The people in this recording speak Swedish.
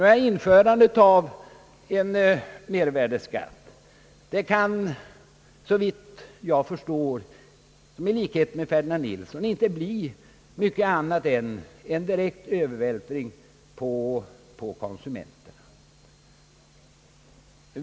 I likhet med herr Ferdinand Nilsson kan jag inte finna annat än att införande av mervärdeskatt innebär en direkt övervältring på konsumenterna.